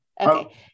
Okay